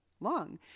long